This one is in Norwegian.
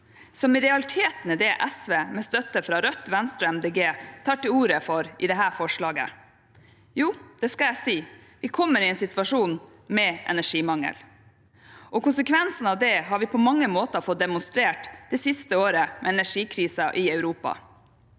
som i realiteten er det SV med støtte fra Rødt, Venstre og Miljøpartiet De Grønne tar til orde for i dette forslaget? Jo, det skal jeg si: Vi kommer i en situasjon med energimangel. Konsekvensen av det har vi på mange måter fått demonstrert det siste året med energikrisen i Europa.